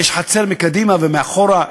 יש חצר לפניו ומאחוריו,